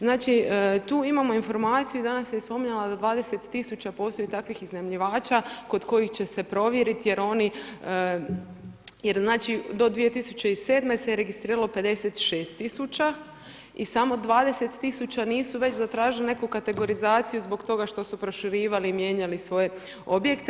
Znači tu imamo informaciju, danas se spominjala da 20 000 postoji takvih iznajmljivača kod kojih će se provjeriti jer do 2007. se registriralo 56 000 i samo 20 000 nisu već zatražili neku kategorizaciju zbog toga što su proširivali, mijenjali svoje objekte.